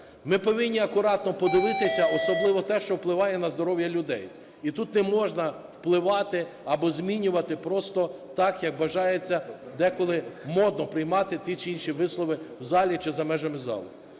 ми повинні акуратно подивитися, особливо те, що впливає на здоров'я людей. І тут не можна впливати або змінювати просто так, як бажається деколи модно приймати ті чи інші вислови в залі чи за межами залу.